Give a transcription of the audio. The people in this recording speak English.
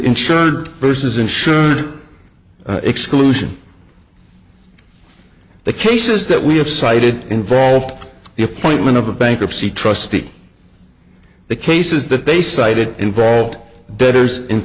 insured versus insured exclusion the cases that we have cited involved the appointment of a bankruptcy trustee the cases that they cited involved debtors in